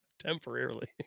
temporarily